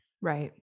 Right